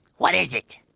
what is it?